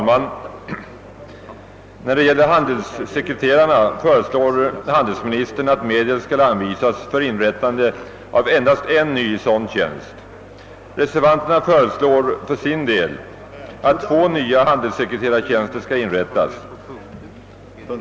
Herr talman! Handelsministern föreslår att medel skall anvisas för inrättande av endast en ny handelssekreterartjänst. Reservanterna föreslår att två nya handelssekreterartjänster skall inrättas.